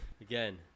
Again